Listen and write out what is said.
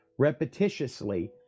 repetitiously